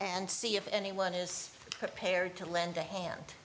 and see if anyone is prepared to lend a hand